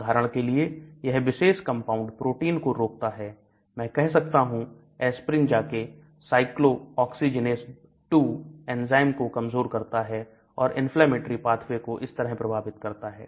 उदाहरण के लिए यह विशेष कंपाउंड प्रोटीन को रोकता है मैं कह सकता हूं एस्प्रिन जा के cyclooxygenase 2 एंजाइम को कमजोर करता है और इन्फ्लेमेटरी पाथवे को इस तरह प्रभावित करता है